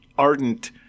Ardent